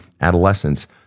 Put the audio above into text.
adolescence